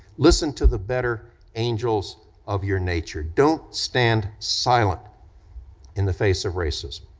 listen to the better angels of your nature, don't stand silent in the face of racism.